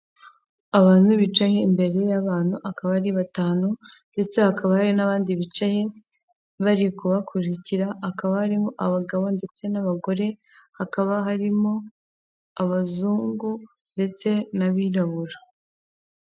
Abantu bicaye imbere y'abantu akaba ari batanu ndetse hakaba hari n'abandi bicaye bari kubakurikira, hakaba harimo abagabo ndetse n'abagore, hakaba harimo abazungu ndetse n'abirabura.